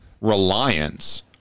reliance